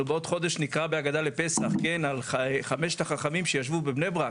אנחנו בעוד חודש נקרא בהגדה של פסח על חמשת החכמים שישבו בבני ברק,